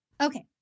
Okay